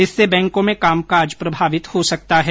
इससे बैंकों में कामकाज प्रभावित हो सकता है